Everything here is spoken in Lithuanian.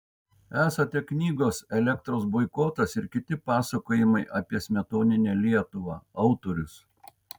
esate knygos elektros boikotas ir kiti pasakojimai apie smetoninę lietuvą autorius